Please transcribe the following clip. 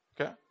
Okay